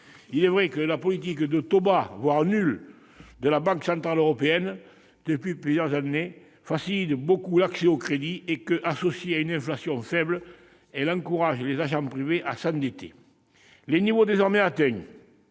Il est vrai que la politique de taux bas, voire nuls, de la Banque centrale européenne depuis plusieurs années facilite beaucoup l'accès au crédit et que, associée à une inflation faible, elle encourage les agents privés à s'endetter. Les niveaux désormais atteints